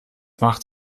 macht